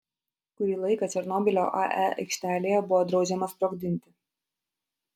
kurį laiką černobylio ae aikštelėje buvo draudžiama sprogdinti